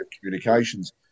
communications